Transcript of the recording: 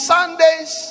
Sundays